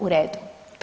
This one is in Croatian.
U redu.